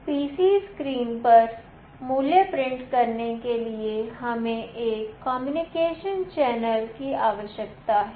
PC screen पर मूल्य print करने के लिए हमें एक कम्युनिकेशन चैनल की आवश्यकता है